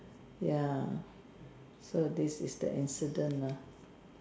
ya so this is the incident lah